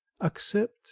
Accept